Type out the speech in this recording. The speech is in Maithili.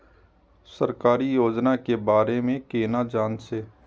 सरकारी योजना के बारे में केना जान से?